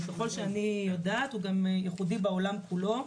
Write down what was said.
וככול שאני יודעת הוא גם ייחודי בעולם כולו,